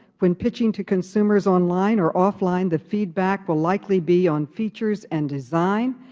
when pitching to consumers online or off line, the feedback will likely be on features and design.